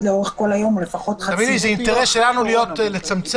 לאורך כל היום --- זה אינטרס שלנו לצמצם,